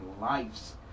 lives